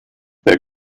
their